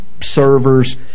servers